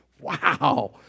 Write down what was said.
Wow